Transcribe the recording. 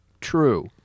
True